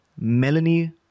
melanie